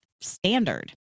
standard